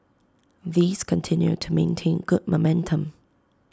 these continue to maintain good momentum